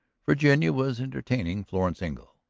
virginia was entertaining florence engle.